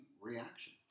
reaction